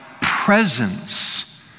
presence